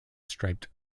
striped